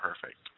perfect